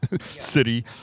city